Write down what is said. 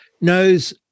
knows